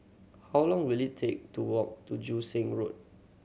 how long will it take to walk to Joo Seng Road